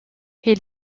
est